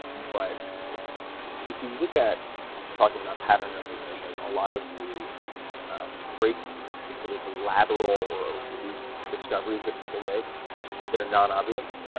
but if if you look at talking about pattern recognition, a lot of the breakthroughs, the sort of lateral or oblique discoveries that people make that are not obvious,